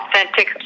authentic